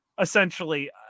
essentially